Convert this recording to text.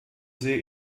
see